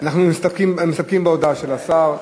אנחנו מסתפקים בהודעה של השר.